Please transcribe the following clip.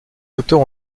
auteurs